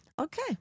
okay